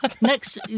next